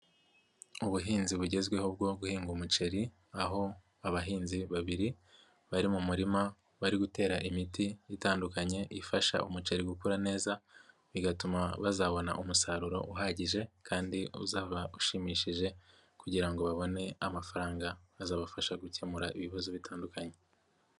Ubuhinzi bugezweho bwo guhinga umuceri, aho abahinzi babiri bari mu murima, bari gutera imiti itandukanye, ifasha umuceri gukura neza, bigatuma bazabona umusaruro uhagije kandi uzaba ushimishije kugira ngo babone amafaranga, azabafasha gukemura ibibazo bitandukanye.